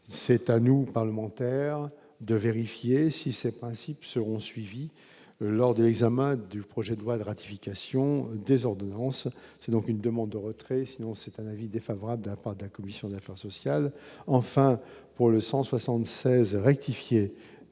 c'est à nous, parlementaires de vérifier si ces principes seront suivies lors de l'examen du projet de loi de ratification des ordonnances, c'est donc une demande de retrait, sinon c'est un avis défavorable de la part de la commission des affaires sociales, enfin pour le 176 rectifier